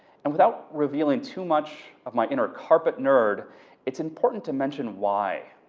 and without revealing too much of my inner carpet nerd it's important to mention why.